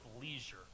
leisure